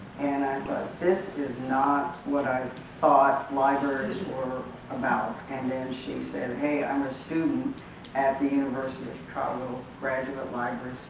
and ah this is not what i thought libraries were about and then she said, hey i'm a student at the university of chicago graduate library